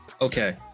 Okay